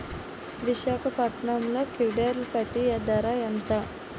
విశాఖపట్నంలో క్వింటాల్ పత్తి ధర ఎంత?